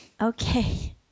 Okay